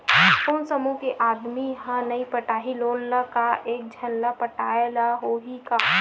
कोन समूह के आदमी हा नई पटाही लोन ला का एक झन ला पटाय ला होही का?